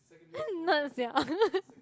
nerd sia